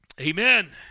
Amen